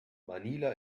manila